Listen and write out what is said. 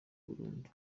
burundu